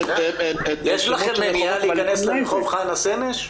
יש לכם בעיה להיכנס לרחוב חנה סנש?